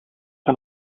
had